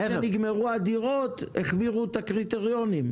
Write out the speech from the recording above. כשנגמרו הדירות החמירו את הקריטריונים.